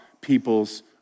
people's